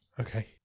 Okay